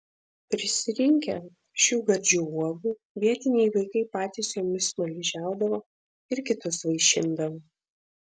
prisirinkę šių gardžių uogų vietiniai vaikai patys jomis smaližiaudavo ir kitus vaišindavo